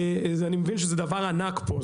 אני מבין שזה דבר ענק פה,